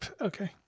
Okay